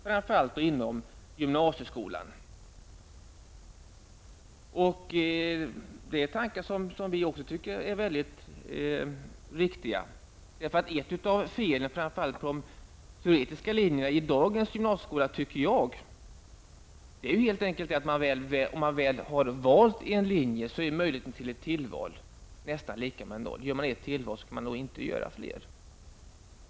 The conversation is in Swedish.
Framför allt gäller det gymnasieskolan. Det tycker vi också är riktigt. Ett av felen, framför allt när det gäller de teoretiska linjerna i dagens gymnasieskola, är enligt min mening helt enkelt att utsikterna att göra tillval, när man har valt en linje, är nästan lika med noll. Gör man ett tillval, får man inte ytterligare en chans.